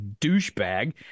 douchebag